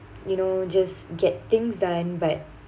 you know just get things done but